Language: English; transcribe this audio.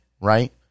Right